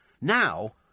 Now